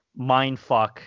mindfuck